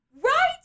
Right